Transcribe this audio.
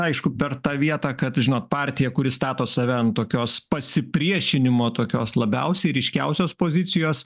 aišku per tą vietą kad žinot partija kuri stato save ant tokios pasipriešinimo tokios labiausiai ryškiausios pozicijos